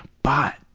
but